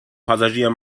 passagier